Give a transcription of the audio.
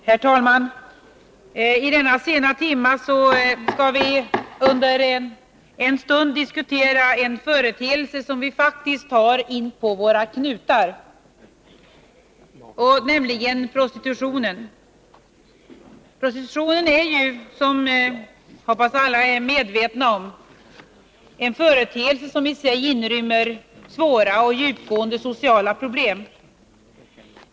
Herr talman! I denna sena timme skall vi under en stund diskutera en företeelse som vi faktiskt har inpå våra knutar, nämligen prostitutionen. Prostitutionen är ju, som jag hoppas alla är medvetna om, en företeelse som i sig inrymmer svåra och djupgående sociala problem.